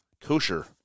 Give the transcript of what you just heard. kosher